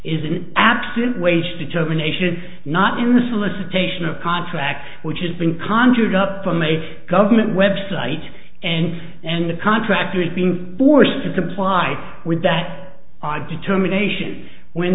is an absolute wage determination not in the solicitation of contract which had been conjured up from a government website and and the contractor is being bourse to comply with that i determination when